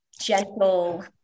gentle